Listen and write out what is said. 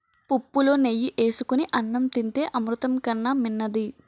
పుప్పులో నెయ్యి ఏసుకొని అన్నం తింతే అమృతం కన్నా మిన్నది